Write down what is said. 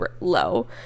low